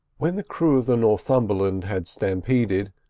when the crew of the northumberland had stampeded,